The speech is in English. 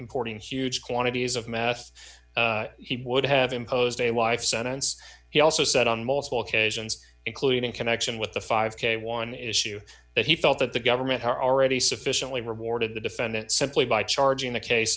importing huge quantities of mess he would have imposed a life sentence he also said on multiple occasions including in connection with the five k one issue that he felt that the government are already sufficiently rewarded the defendant simply by charging the case